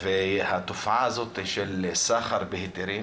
והתופעה הזאת של סחר בהיתרים